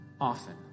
often